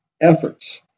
efforts